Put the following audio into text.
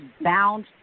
bound